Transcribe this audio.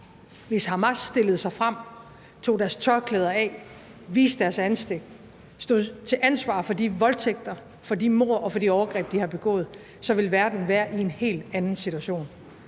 Hvis Hamas stillede sig frem, tog deres tørklæder af, viste deres ansigter, stod til ansvar for de voldtægter, for de mord og for de overgreb, de har begået, ville verden være i en helt anden situation.